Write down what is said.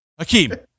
Akeem